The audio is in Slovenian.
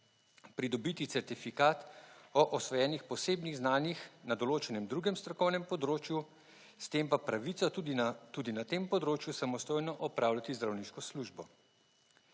pridobiti certifikat o osvojenih posebnih znanjih na določenem drugem strokovnem področju, s tem pa pravica tudi na tem področju samostojno opravljati zdravniško službo.